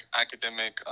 academic